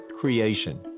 Creation